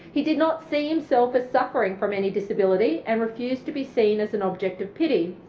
he did not see himself as suffering from any disability and refused to be seen as an object of pity.